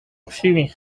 chwili